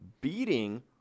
beating